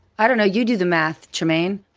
i don't know. you do the math, trymaine.